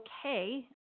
okay